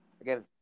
again